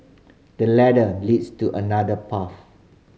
the ladder leads to another path